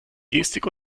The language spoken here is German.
gestik